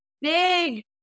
big